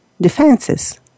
defenses